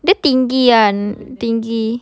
dia tinggi kan tinggi